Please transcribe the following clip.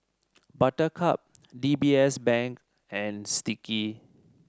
Buttercup D B S Bank and Sticky